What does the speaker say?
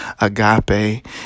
agape